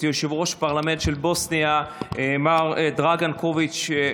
יושב-ראש הפרלמנט של בוסניה מר דרגן קוביץ'.